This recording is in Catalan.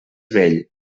vell